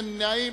מי נמנע?